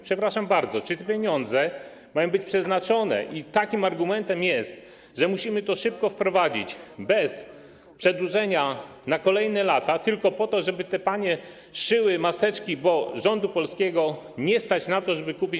Przepraszam bardzo, czy te pieniądze mają być przeznaczone - i taki jest argument, że musimy to szybko wprowadzić, bez przedłużenia na kolejne lata - tylko po to, żeby te panie szyły maseczki, bo polskiego rządu nie stać na to, żeby je kupić?